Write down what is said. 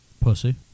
Pussy